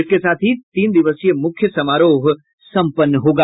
इसके साथ ही तीन दिवसीय मुख्य समारोह सम्पन्न होगा